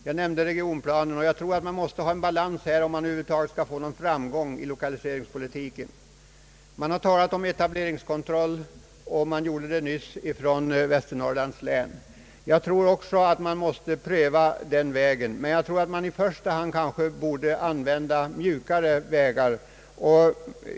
Jag nämnde regionplanen, och jag tror att det måste vara en balans här, om lokaliseringspolitiken över huvud taget skall kunna få någon framgång. Man har talat om etableringskontroll; det gjorde nyss herr Högström. Jag tror att den vägen också måste prövas, men i första hand borde vi nog använda mjukare metoder.